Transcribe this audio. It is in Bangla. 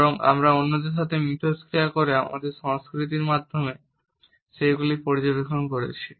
বরং আমরা অন্যদের সাথে ইন্টারেকশন করে আমাদের সংস্কৃতির মাধ্যমে সেগুলি পর্যবেক্ষণ করেছি